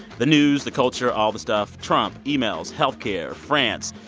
the news, the culture, all the stuff. trump, emails, health care, france.